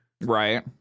right